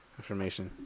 information